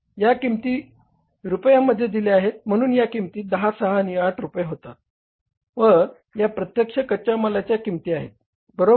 या किंमती रुपयांमध्ये आहेत म्हणून या किंमती 10 6 आणि 8 रुपये होतात व या प्रत्यक्ष कच्या मालाच्या किंमती आहेत बरोबर